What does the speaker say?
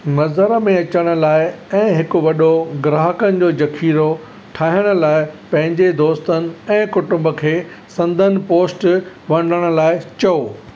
नज़र में अचण लाइ ऐं हिकु वॾो ग्राहकनि जो ज़खीरो ठाहिण लाइ पंहिंजे दोस्तनि ऐं कुटुंबु खे संदनि पोस्ट वंडण लाइ चओ